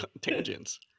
tangents